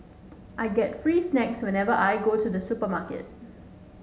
I get free snacks whenever I go to the supermarket